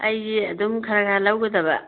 ꯑꯩꯁꯤ ꯑꯗꯨꯝ ꯈꯔ ꯈꯔ ꯂꯧꯒꯗꯕ